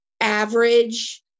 average